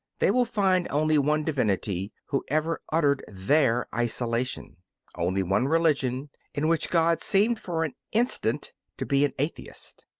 they will find only one divinity who ever uttered their isolation only one religion in which god seemed for an instant to be an atheist.